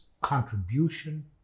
contribution